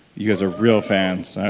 you guys are real fans,